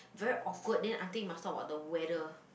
very awkward then until must talk about the weather